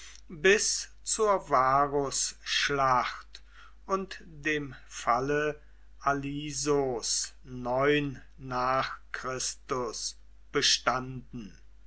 bis zur varusschlacht und dem falle neun nach chr bestanden